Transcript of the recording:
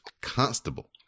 Constable